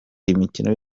imikino